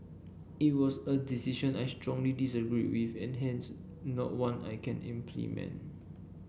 it was a decision I strongly disagreed with and hence not one I can implement